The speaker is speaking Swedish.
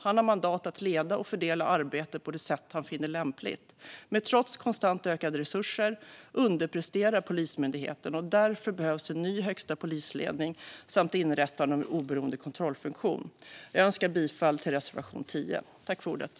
Han har mandat att leda och fördela arbetet på det sätt han finner lämpligt. Men trots konstant ökade resurser underpresterar Polismyndigheten. Därför behövs en ny högsta polisledning samt inrättande av en oberoende kontrollfunktion. Jag yrkar bifall till reservation 19.